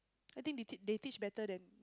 I think they teach they teach better than